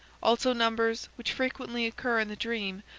also numbers, which frequently occur in the dream,